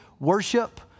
worship